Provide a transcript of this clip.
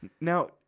Now